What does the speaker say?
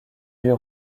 vues